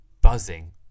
buzzing